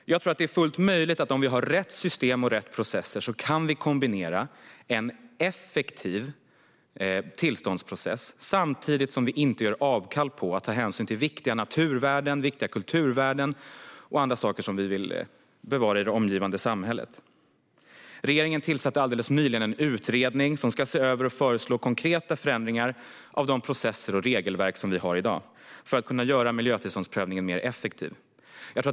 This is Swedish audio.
Om vi har rätt system och rätt processer tror jag att det är fullt möjligt att vi kan kombinera en effektiv tillståndsprocess samtidigt som vi inte gör avkall på hänsynen till viktiga naturvärden, viktiga kulturvärden och annat som vi vill bevara i det omgivande samhället. Regeringen tillsatte alldeles nyligen en utredning som ska se över och föreslå konkreta förändringar av dagens processer och regelverk - detta för att kunna göra miljötillståndsprövningen mer effektiv.